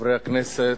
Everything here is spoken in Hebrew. חברי הכנסת,